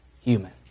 human